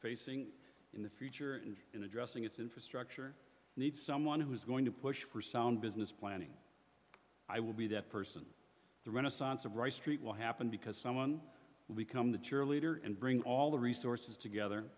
facing in the future and in addressing its infrastructure needs someone who is going to push for sound business planning i will be that person the renaissance of right street will happen because someone we come to cheerleader and bring all the resources together